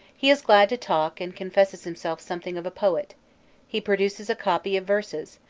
he is glad to talk and confesses himself something of a poet he produces a copy of verses,